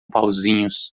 pauzinhos